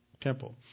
temple